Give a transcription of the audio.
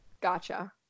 Gotcha